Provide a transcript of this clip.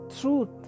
truth